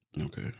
Okay